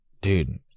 Dude